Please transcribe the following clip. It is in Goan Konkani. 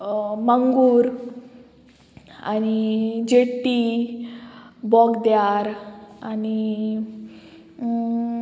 मांगूर आनी चेट्टी बोगद्यार आनी